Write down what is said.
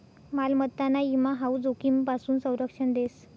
मालमत्ताना ईमा हाऊ जोखीमपासून संरक्षण देस